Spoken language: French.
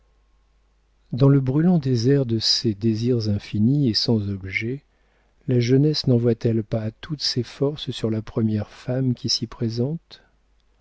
dans le brûlant désert de ses désirs infinis et sans objet la jeunesse nenvoie t elle pas toutes ses forces sur la première femme qui s'y présente